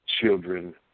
children